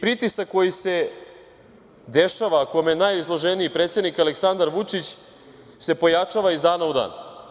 Pritisak koji se dešava i kome je najizloženiji predsednik Aleksandar Vučić se pojačava iz dana u dan.